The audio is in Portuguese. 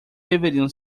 deveriam